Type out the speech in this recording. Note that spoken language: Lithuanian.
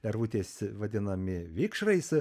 lervutės vadinami vikšrais